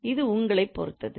எனவே இது உங்களைப் பொறுத்ததுது